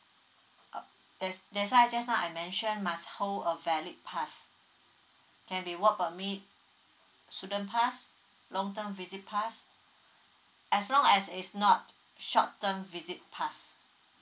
uh that's that's why just now I mention must whole a valid pass can be work permit student pass long term visit pass as long as it's not short term visit past